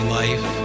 life